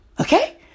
Okay